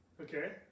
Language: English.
Okay